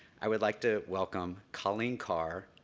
i would like to welcome colleen carr,